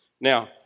now